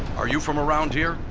are you from around here?